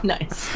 Nice